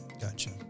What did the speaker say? Gotcha